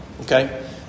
Okay